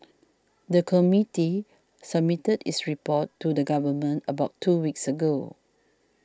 the committee submitted its report to the Government about two weeks ago